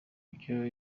ibyo